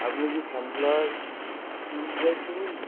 আ আপনি কি sunflowers tourist guide থেকে বলছেন